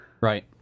Right